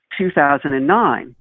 2009